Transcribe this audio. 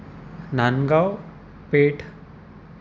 Nandgaon Peth